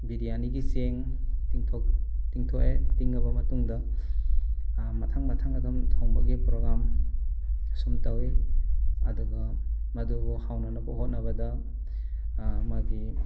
ꯕꯤꯔꯌꯥꯅꯤꯒꯤ ꯆꯦꯡ ꯇꯤꯡꯊꯣꯛ ꯇꯤꯡꯊꯣꯛꯑꯦ ꯇꯤꯡꯉꯕ ꯃꯇꯨꯡꯗ ꯃꯊꯪ ꯃꯊꯪ ꯑꯗꯨꯝ ꯊꯣꯡꯕꯒꯤ ꯄ꯭ꯔꯣꯒꯥꯝ ꯑꯁꯨꯝ ꯇꯧꯏ ꯑꯗꯨꯒ ꯃꯗꯨꯕꯨ ꯍꯥꯎꯅꯅꯕ ꯍꯣꯠꯅꯕꯗ ꯃꯥꯒꯤ